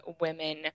women